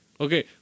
Okay